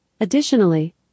Additionally